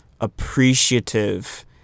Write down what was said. appreciative